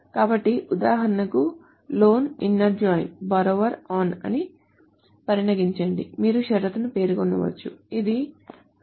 కాబట్టి ఉదాహరణకు loan inner join borrower on అని పరిగణించండి మీరు షరతును పేర్కొనవచ్చు ఇది loan